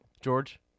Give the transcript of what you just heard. George